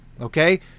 okay